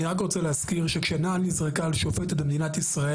אני רק רוצה להזכיר שכשנעל נזרקה על שופטת במדינת ישראל,